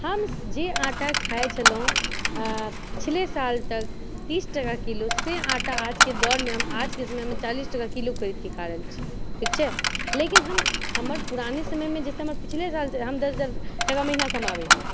हम जे आटा खाय छलहुँ पिछले साल तक तीस टाका किलो से आटा आ के दौड़मे हम आजके समयमे चालीस टाके किलो खरीदके खाए रहल छी ठीक छै लेकिन हम हमर पुराने समयमे जाहि समयमे पिछले साल से दश हजार टाका महिना कमाबै रहियै